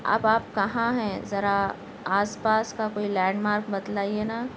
اب آپ کہاں ہیں ذرا آس پاس کا کوئی لینڈ مارک بتلائیے نا